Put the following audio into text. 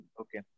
Okay